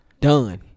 Done